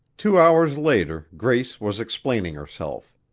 two hours later grace was explaining herself.